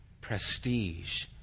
prestige